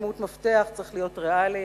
צריך להיות ריאליים,